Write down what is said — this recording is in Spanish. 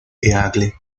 eagle